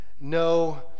no